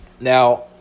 Now